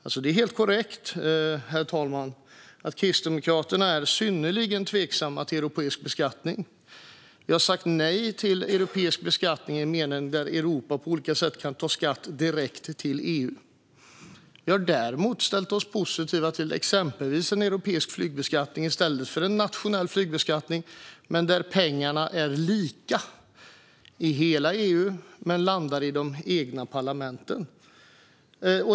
Det är alltså helt korrekt, herr talman, att Kristdemokraterna är synnerligen tveksamma till europeisk beskattning. Vi har sagt nej till europeisk beskattning i den meningen att Europa på olika sätt ska kunna ta in skatt direkt till EU. Vi har däremot ställt oss positiva till exempelvis en europeisk flygbeskattning, i stället för en nationell flygbeskattning, där pengarna är lika i hela EU men landar i ländernas egna parlament.